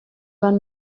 van